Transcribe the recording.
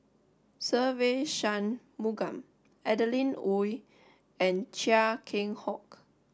Se Ve Shanmugam Adeline Ooi and Chia Keng Hock